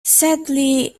sadly